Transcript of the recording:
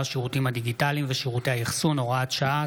השירותים הדיגיטליים ושירותי האחסון (הוראת שעה,